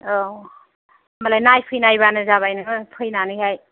औ होनबालाय नायफै नायबानो जाबाय नोङो फैनानै हाय